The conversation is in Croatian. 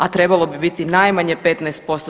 A trebalo bi biti najmanje 15%